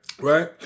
Right